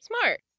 Smart